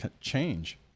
change